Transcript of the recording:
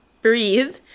breathe